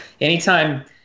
anytime